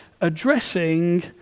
addressing